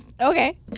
Okay